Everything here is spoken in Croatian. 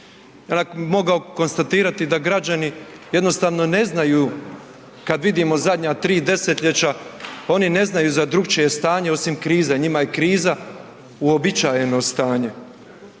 dolje. Mogu konstatirati da građani jednostavno ne znaju kada vidimo zadnja tri desetljeća oni ne znaju za drukčije stanje osim krize, njima je kriza uobičajeno stanje.